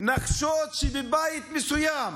נחשוד שבבית מסוים